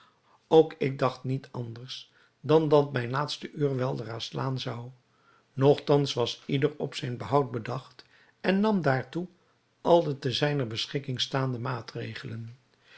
ook ik dacht niet anders dan dat mijn laatste uur weldra slaan zou nogtans was ieder op zijn behoud bedacht en nam daartoe al de te zijner beschikking staande maatregelen